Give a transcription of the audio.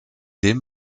dem